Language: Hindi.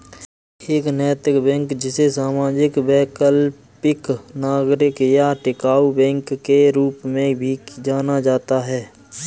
एक नैतिक बैंक जिसे सामाजिक वैकल्पिक नागरिक या टिकाऊ बैंक के रूप में भी जाना जाता है